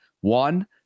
One